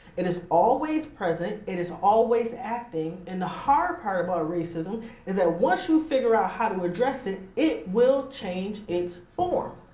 it is always present, it is always acting. and the hard part about racism is that once you figure out how to address it it will change its form.